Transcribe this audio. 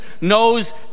knows